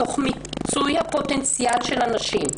תוך מיצוי הפוטנציאל של הנשים,